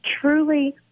truly